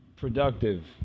productive